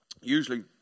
Usually